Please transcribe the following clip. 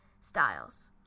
Styles